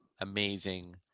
amazing